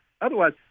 otherwise